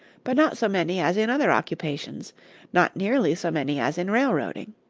but not so many as in other occupations not nearly so many as in railroading.